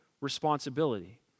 responsibility